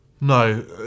No